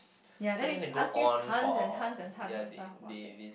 ya then they ask you tons and tons of stuff about it